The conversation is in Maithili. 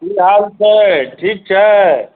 की हाल छै ठीक छै